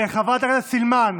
חברת הכנסת סילמן,